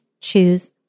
choose